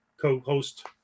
co-host